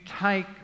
take